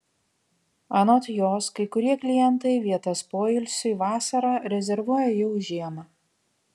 anot jos kai kurie klientai vietas poilsiui vasarą rezervuoja jau žiemą